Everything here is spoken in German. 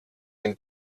den